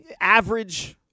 average